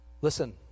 Listen